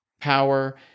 power